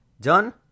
Done